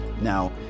Now